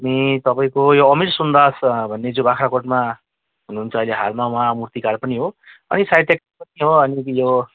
अनि तपाईँको यो अमिर सुन्दास भन्ने जो बाग्राकोटमा हुनुहुन्छ अहिले हालमा उहाँ मुर्तीकार पनि हो अनि साहित्यकार पनि हो अनि यो